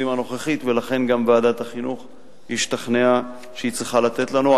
ולכן גם ועדת החינוך השתכנעה שהיא צריכה לאפשר לנו.